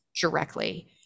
directly